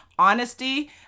Honesty